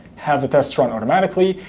have the tests run automatically,